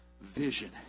vision